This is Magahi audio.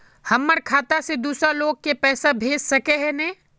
हमर खाता से दूसरा लोग के पैसा भेज सके है ने?